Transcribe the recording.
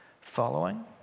following